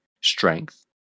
strength